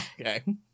Okay